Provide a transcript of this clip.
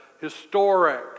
historic